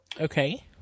Okay